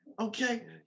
okay